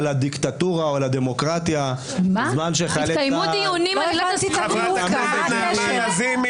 על הדיקטטורה או על הדמוקרטיה בזמן שחיילי צה"ל נלחמים בג'נין.